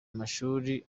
mashuri